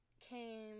came